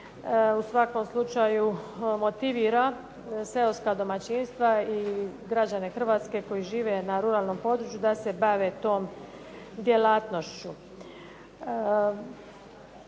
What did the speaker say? u svakom slučaju motivira seoska domaćinstva i građane Hrvatske koji žive na ruralnom području da se bave tom djelatnošću.